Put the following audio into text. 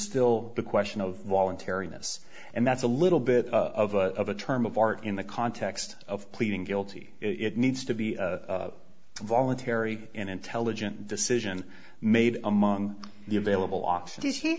still the question of voluntariness and that's a little bit of a term of art in the context of pleading guilty it needs to be voluntary an intelligent decision made among the